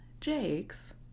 Jake's